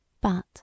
But